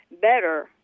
better